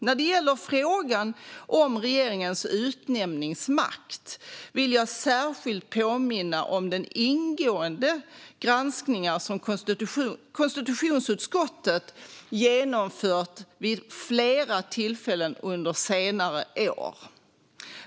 När det gäller frågan om regeringens utnämningsmakt vill jag särskilt påminna om de ingående granskningar som konstitutionsutskottet genomfört vid flera tillfällen under senare år.